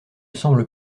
sembles